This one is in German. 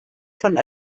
von